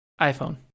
iPhone